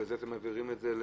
את זה אתם מעבירים למשרד.